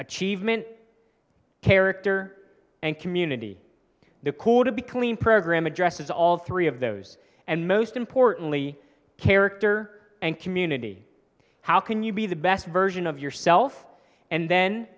achievement character and community the core to be clean program addresses all three of those and most importantly character and community how can you be the best version of yourself and then